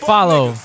Follow